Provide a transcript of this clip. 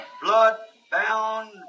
blood-bound